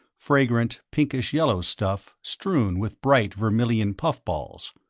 fragrant pinkish-yellow stuff strewn with bright vermilion puff-balls.